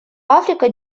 африка